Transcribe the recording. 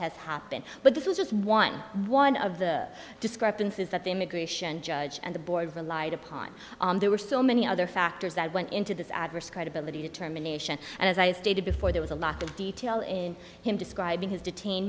has happened but this is just one one of the discrepancies that the immigration judge and the boys relied upon there were so many other factors that went into this adverse credibility determination and as i stated before there was a lot of detail in him describing his detain